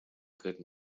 good